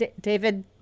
David